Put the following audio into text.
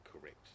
correct